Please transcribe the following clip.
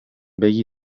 begi